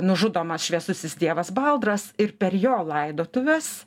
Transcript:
nužudomas šviesusis dievas baldras ir per jo laidotuves